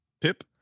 Pip